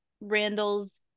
Randall's